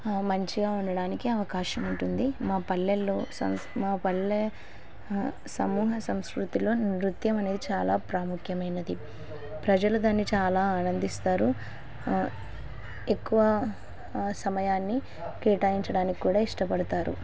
మంచిగా ఉండడానికి అవకాశం ఉంటుంది మా పల్లెలో సంస్ మా పల్లె సమూహ సంస్కృతిలో నృత్యం అనేది చాలా ప్రాముఖ్యమైనది ప్రజలు దాన్ని చాలా ఆనందిస్తారు ఎక్కువ సమయాన్ని కేటాయించడానికి కూడా ఇష్టపడతారు